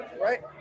right